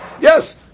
Yes